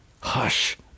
Hush